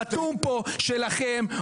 חתום פה: שלכם,